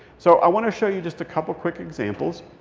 so i want to show you just a couple quick examples.